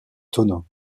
tonneaux